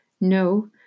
No